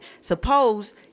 Suppose